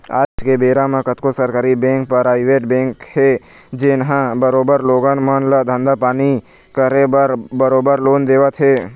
आज के बेरा म कतको सरकारी बेंक, पराइवेट बेंक हे जेनहा बरोबर लोगन मन ल धंधा पानी करे बर बरोबर लोन देवत हे